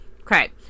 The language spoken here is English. Okay